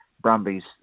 Brumbies